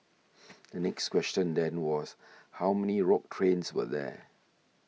the next question then was how many rogue trains were there